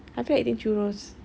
I feel like eating churros